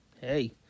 hey